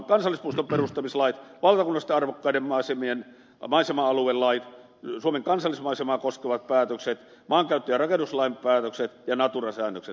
kansallispuiston perustamislain valtakunnallisesti arvokkaiden maisemia suomen kansallismaisemaa koskevat päätökset maankäyttö ja rakennuslain päätökset ja natura säännökset